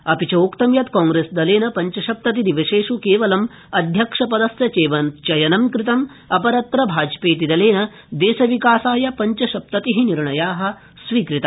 अपि चोक्तं यत् कांग्रेसदलेन पञ्चसप्तति दिवसेस् केवलं अध्यक्षपदस्य चयनं कृतं अपरत्र भाजपेति दलेन देशविकासाय पञ्चसप्ततिः निर्णयाः स्वीकृता